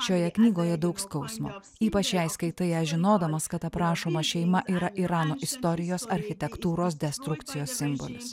šioje knygoje daug skausmo ypač jei skaitai ją žinodamas kad aprašoma šeima yra irano istorijos architektūros destrukcijos simbolis